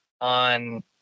on